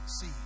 see